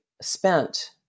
spent